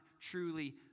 truly